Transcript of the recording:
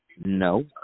No